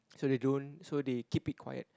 so they don't so they keep it quiet